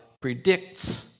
predicts